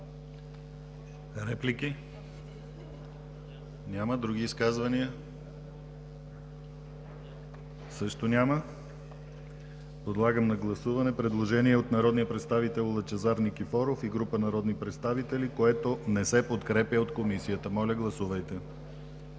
Реплики? Няма. Други изказвания? Също няма. Подлагам на гласуване предложение от народния представител Лъчезар Никифоров и група народни представители, което не се подкрепя от Комисията. Гласували